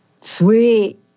Sweet